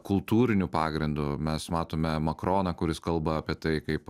kultūriniu pagrindu mes matome makroną kuris kalba apie tai kaip